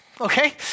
Okay